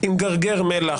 עם גרגר מלח.